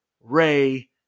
Ray